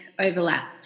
overlap